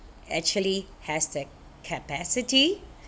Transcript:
actually has the capacity